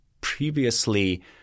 previously